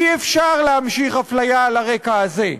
אי-אפשר להמשיך הפליה על הרקע הזה.